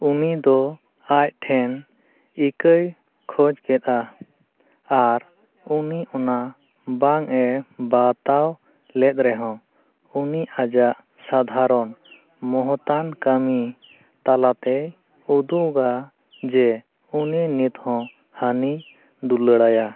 ᱩᱱᱤ ᱫᱚ ᱟᱡ ᱴᱷᱮᱱ ᱤᱠᱟᱹᱭ ᱠᱚᱭ ᱠᱮᱫᱟ ᱟᱨ ᱩᱱᱤ ᱚᱱᱟ ᱵᱟᱝᱮ ᱵᱟᱛᱟᱣ ᱞᱮᱫ ᱨᱮᱦᱚᱸ ᱩᱱᱤ ᱟᱭᱟᱜ ᱥᱟᱫᱷᱟᱨᱚᱱ ᱢᱚᱦᱚᱛᱟᱱ ᱠᱟᱢᱤ ᱛᱟᱞᱟᱛᱮ ᱩᱫᱩᱜᱟ ᱡᱮ ᱩᱱᱤ ᱱᱤᱛᱦᱚᱸ ᱦᱟᱹᱱᱤᱭ ᱫᱩᱞᱟᱹᱲᱟᱭᱟ